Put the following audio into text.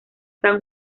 san